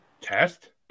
Test